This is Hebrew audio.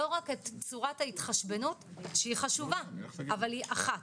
לא רק את צורת ההתחשבנות שהיא חשובה, אבל היא אחת.